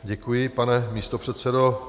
Děkuji, pane místopředsedo.